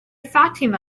fatima